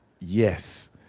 yes